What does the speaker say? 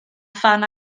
phan